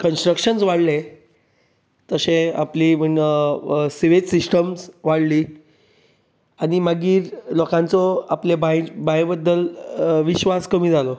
construction वाडलें तशी आपली बीन सिवेज सिस्टमस वाडली आनी मागीर लोकांचो आपले बांय बांय बद्दल विश्वास कमी जालो